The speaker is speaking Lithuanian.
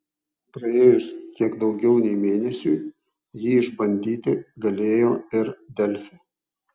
praėjus kiek daugiau nei mėnesiui jį išbandyti galėjo ir delfi